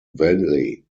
valley